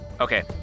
Okay